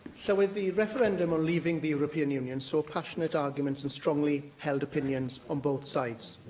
so and the referendum on leaving the european union saw passionate arguments and strongly held opinions on both sides.